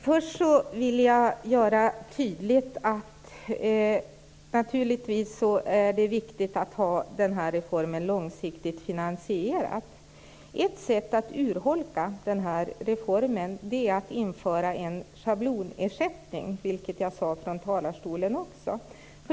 Fru talman! Först vill jag göra tydligt att det naturligtvis är viktigt att den här reformen är långsiktigt finansierad. Ett sätt att urholka reformen är att införa en schablonersättning, vilket jag också sade från talarstolen.